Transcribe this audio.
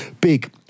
big